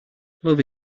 love